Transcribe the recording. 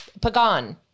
Pagan